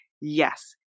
Yes